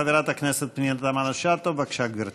חברת הכנסת פנינה תמנו-שטה, בבקשה, גברתי.